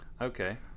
Okay